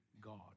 God